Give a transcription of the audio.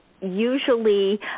usually